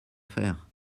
faire